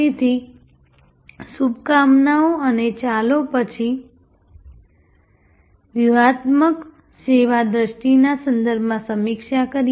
તેથી શુભકામનાઓ અને ચાલો પછી વ્યૂહાત્મક સેવા દ્રષ્ટિના સંદર્ભમાં સમીક્ષા કરીએ